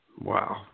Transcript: Wow